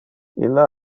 illa